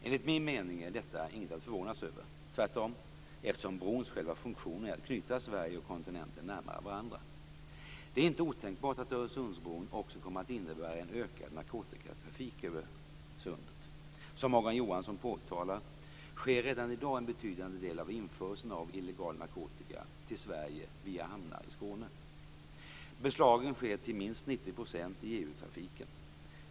Enligt min mening är detta inget att förvånas över - tvärtom - eftersom brons själva funktion är att knyta Sverige och kontinenten närmare varandra. Det är inte otänkbart att Öresundsbron också kommer att innebära en ökad narkotikatrafik över sundet. Som Morgan Johansson påtalar sker redan i dag en betydande del av införseln av illegal narkotika till Sverige via hamnar i Skåne. Beslagen sker till minst 90 % i EU-trafiken.